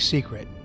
Secret